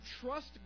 trust